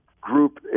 group